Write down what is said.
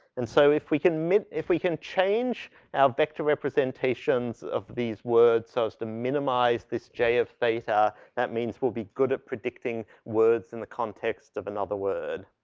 and so if we can mi if we can change our vector representations of these words so as to minimize this j of theta, that means we'll be good at predicting words in the context of another word.